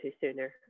sooner